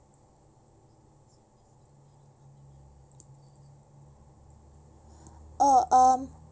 oh um